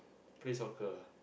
play soccer ah